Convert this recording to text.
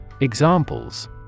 Examples